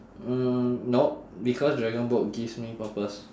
mm nope because dragon boat gives me purpose